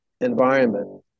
environment